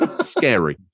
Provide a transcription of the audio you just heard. Scary